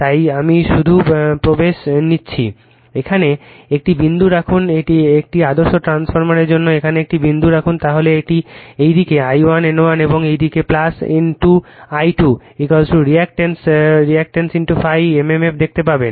তাই আমি শুধু প্রবেশ নিচ্ছি এখানে একটি বিন্দু রাখুন একটি আদর্শ ট্রান্সফরমারের জন্য এখানে একটি বিন্দু রাখুন তাহলে এই দিকে I1 N1 এবং এই দিকে N2 I2 বিক্রিয়া ∅ mmf দেখতে পাবেন